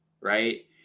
right